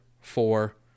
Four